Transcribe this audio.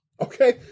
Okay